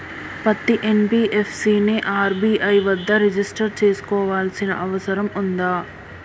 పత్తి ఎన్.బి.ఎఫ్.సి ని ఆర్.బి.ఐ వద్ద రిజిష్టర్ చేసుకోవాల్సిన అవసరం ఉందా?